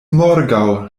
morgaŭ